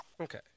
Okay